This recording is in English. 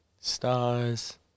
Stars